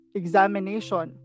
examination